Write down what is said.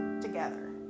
together